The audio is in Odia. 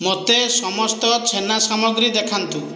ମୋତେ ସମସ୍ତ ଛେନା ସାମଗ୍ରୀ ଦେଖାନ୍ତୁ